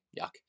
yuck